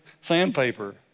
sandpaper